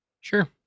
Sure